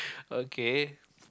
okay